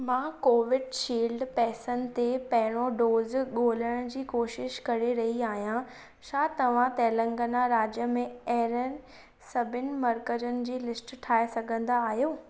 मां कोवीडशील्ड पैसन ते पहिरियों डोज़ु ॻोल्हणु जी कोशिशि करे रही आहियां छा तव्हां तेलंगाना राज्य में अहिड़नि सभिनी मर्कज़नि जी लिस्ट ठाहे सघिंदा आहियो